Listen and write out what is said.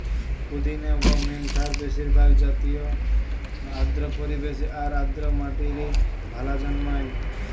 পুদিনা বা মেন্থার বেশিরভাগ জাতিই আর্দ্র পরিবেশ আর আর্দ্র মাটিরে ভালা জন্মায়